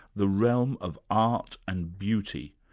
the realm of art and beauty,